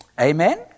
Amen